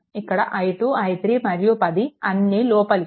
ఇక్కడ i2 i3 మరియు 10 అన్నీ లోపలికి వస్తున్నాయి